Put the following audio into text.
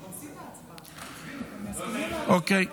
אוקיי.